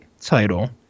title